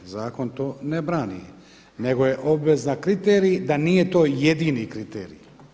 Zakon to ne brani nego je obvezan kriterij da nije to jedini kriterij.